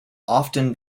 often